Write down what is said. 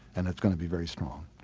and it's going to be very small.